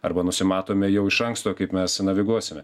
arba nusimatome jau iš anksto kaip mes naviguosime